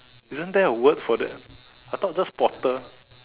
isn't there a word for that I thought just potter